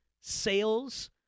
sales